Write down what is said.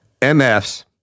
MFs